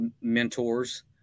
mentors